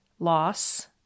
loss